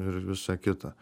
ir visa kita